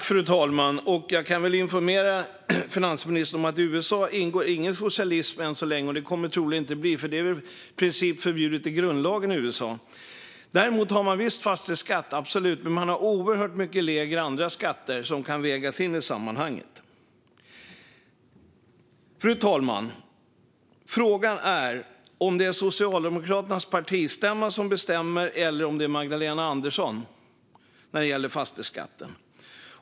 Fru talman! Jag kan informera finansministern om att det än så länge inte råder socialism i USA. Så kommer det troligen inte heller att bli, för det är i princip förbjudet i grundlagen i USA. Visst har man fastighetsskatt, men man har oerhört mycket lägre andra skatter, vilket kan vägas in i sammanhanget. Fru talman! Frågan är om det är Socialdemokraternas partistämma som bestämmer eller om det är Magdalena Andersson som gör det när det gäller fastighetsskatten.